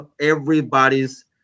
everybody's